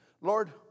Lord